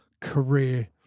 career